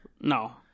No